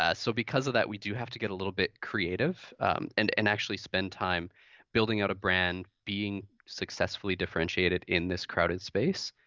ah so because of that we do have to get a little bit creative and and actually spend time building out a brand being successfully differentiated in this crowded space.